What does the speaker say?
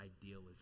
idealism